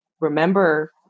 remember